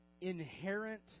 inherent